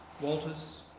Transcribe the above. Walters